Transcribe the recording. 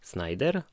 Snyder